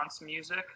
music